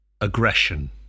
aggression